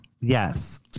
yes